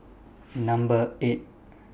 Number eight